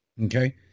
Okay